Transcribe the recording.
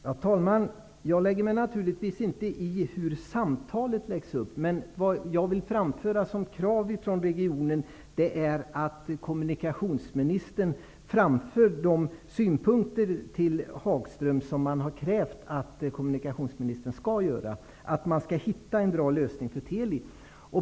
Herr talman! Jag lägger mig naturligtvis inte i hur samtalet läggs upp. Men det krav från regionen som jag vill förmedla är att kommunikationsministern framför de synpunkter till Tony Hagström som man har krävt att kommunikationsministern skall föra fram, dvs. att man skall hitta en bra lösning för Teli.